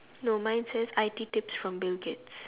no mine says I_T tapes from bill-gates